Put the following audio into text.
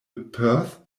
perth